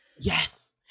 Yes